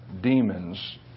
demons